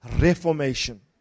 reformation